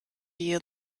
year